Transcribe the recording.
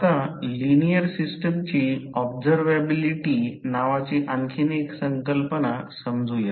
आता लिनिअर सिस्टमची ऑब्झरव्हेबिलिटी नावाची आणखी एक संकल्पना समजू या